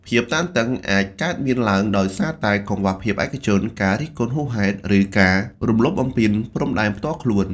ភាពតានតឹងអាចកើតមានឡើងដោយសារតែកង្វះភាពឯកជន ការរិះគន់ហួសហេតុ ឬការរំលោភបំពានព្រំដែនផ្ទាល់ខ្លួន។